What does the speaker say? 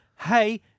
Hey